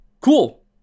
cool